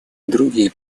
другие